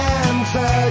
answer